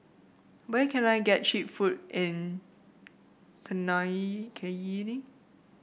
where can I get cheap food in Cayenne